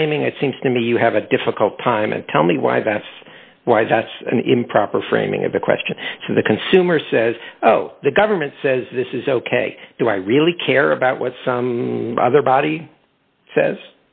framing it seems to me you have a difficult time and tell me why that's why that's an improper framing of the question to the consumer says the government says this is ok do i really care about what some other body says